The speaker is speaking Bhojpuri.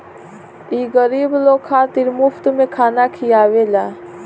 ई गरीब लोग खातिर मुफ्त में खाना खिआवेला